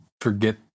forget